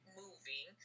moving